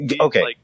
Okay